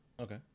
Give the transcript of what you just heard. Okay